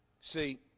See